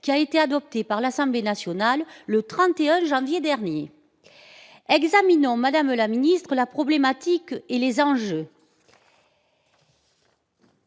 qui a été adoptée par l'Assemblée nationale le 30 janvier dernier. Examinons, madame la secrétaire d'État, la problématique et les enjeux.